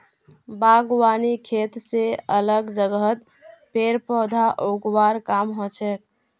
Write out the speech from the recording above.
बागवानी खेत स अलग जगहत पेड़ पौधा लगव्वार काम हछेक